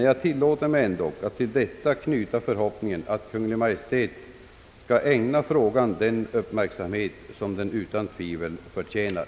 Jag tilllåter mig ändå att till utskottets uttalande knyta förhoppningen att Kungl. Maj:t skall ägna frågan den uppmärksamhet som den utan tvivel förtjänar.